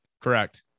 correct